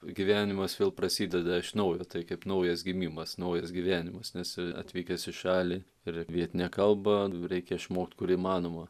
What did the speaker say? gyvenimas vėl prasideda iš naujo tai kaip naujas gimimas naujas gyvenimas nes atvykęs į šalį ir vietinę kalbą reikia išmokt kur įmanoma